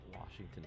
Washington